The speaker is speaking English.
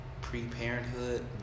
pre-parenthood